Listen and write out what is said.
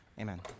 Amen